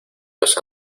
los